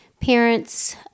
parents